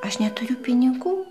aš neturiu pinigų